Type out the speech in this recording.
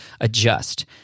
adjust